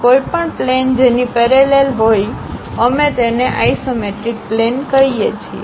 કોઈપણ પ્લેન જેની પેરેલલ હોય અમે તેને આઇસોમેટ્રિક પ્લેન કહીએ છીએ